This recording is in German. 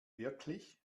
wirklich